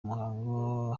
muhango